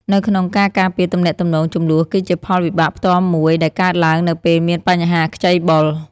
នៅក្នុងការការពារទំនាក់ទំនង ជម្លោះគឺជាផលវិបាកផ្ទាល់មួយដែលកើតឡើងនៅពេលមានបញ្ហាខ្ចីបុល។